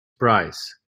price